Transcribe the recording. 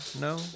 no